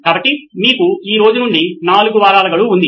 కాబట్టి మీకు ఈ రోజు నుండి 4 వారాల గడువు ఉంది